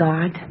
God